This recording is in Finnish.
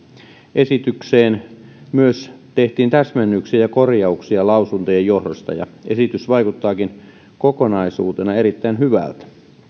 esitykseen myös tehtiin täsmennyksiä ja korjauksia lausuntojen johdosta ja esitys vaikuttaakin kokonaisuutena erittäin hyvältä